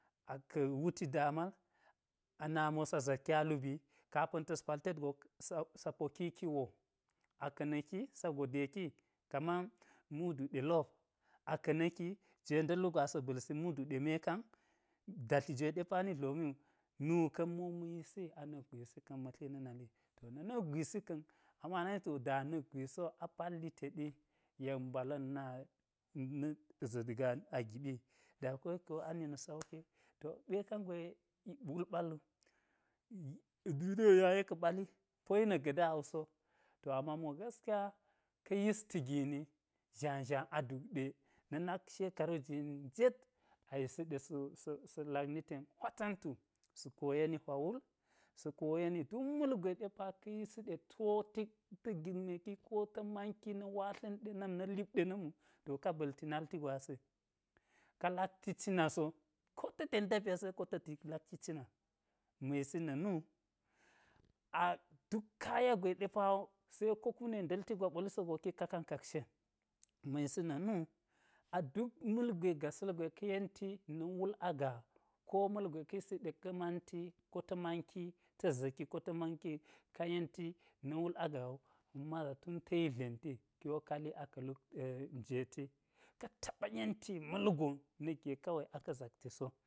Aka̱ wuti daa mal, a nami wo sa zakkii a lubii kapa̱n ta̱s pal tet go sa pokikii wo aka̱ na̱ki sa gode kii kaman mudu ɗelop aka̱ na̱ki jwe nda̱l wugo asa balsi mudu ɗe mekan datli jwe ɗe pa ni dlomi wu nuka̱n mo ma̱ yisi ye a nukgwisi ka̱n ma̱ tli na̱ nali to na̱ na̱k gwisika̱n, a mo ana yenti na̱k gwisi a palli teɗi yek mbala̱n na na̱k za̱t gal agiɓi da koyek ke wo a ni na̱ sauki, to, ɓa yen kangwe wul-ɓalwu- duniye wo yaye ka̱ ɓali poyi na̱k ga̱ da wuso, to ama ami wo ka̱ yisti gini zha-zha a duk ɗe na̱ nak shekaru jini net ayisi ɗe sa̱-sa̱sa̱ lakni ten hwa tantu, sa koyeni hwa wul sa koyeni duk ma̱lgwe ɗe pa ka̱ yisi ɗe tiwo ta tik girmeki ko ta̱ manki na̱ watla̱n ɗe na̱m na̱ lip n ɗe na̱m wu, to ka ba̱lti nalti gwasi ka lakti cina so, ko ta̱ ten tafiya seko ta̱ tik lakki cina ma̱ yisi na̱ nu, a duk kaya gwe ɗe pawo seko kume ɗe nda̱lti gwa ɓo li sogo kik ka kan kakshe ma̱ yisi na̱ nu, a duƙ ma̱lgwe gasa̱l gwe ka̱ yenti na̱ wul a gaa ko ma̱lgwe ka̱ yisi ɗe ka̱ manti ko ta manki ta̱ za̱ki ko ta̱ manki ka yenti na̱ wul agaa wu maza tun tayi dlenti kiwo ka li aka̱ luk-jeti ka taɓa yenti ma̱lgon na̱k ge kawe a ka̱ zakti so